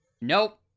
nope